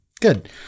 good